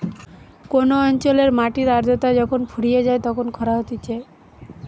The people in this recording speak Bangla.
কোন অঞ্চলের মাটির আদ্রতা যখন ফুরিয়ে যায় তখন খরা হতিছে